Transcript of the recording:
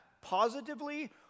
positively